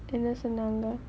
என்ன சொன்னாங்க:enna sonnanga